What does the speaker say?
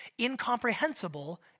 incomprehensible